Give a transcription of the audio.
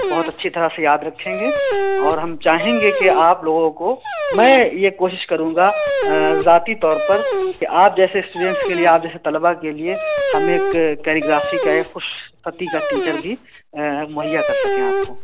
بہت اچھی طرح سے یاد رکھیں گے اور ہم چاہیں گے کہ آپ لوگوں کو میں یہ کوشش کروں گا ذاتی طور پر کہ آپ جیسے اسٹوڈینٹس کے لئے آپ جیسے طلباء کے لئے ہم ایک کیلیگرافی کا ایک خوشخطی کا ٹیچر بھی مہیا کر سکیں آپ کو